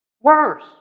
Worse